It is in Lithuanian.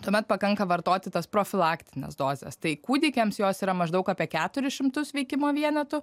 tuomet pakanka vartoti tas profilaktinės dozes tai kūdikiams jos yra maždaug apie keturis šimtus veikimo vienetų